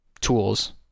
tools